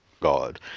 God